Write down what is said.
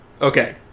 okay